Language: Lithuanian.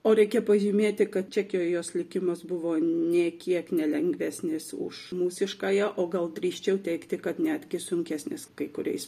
o reikia pažymėti kad čekijoje jos likimas buvo nė kiek ne lengvesnis už mūsiškąja o gal drįsčiau teigti kad netgi sunkesnis kai kuriais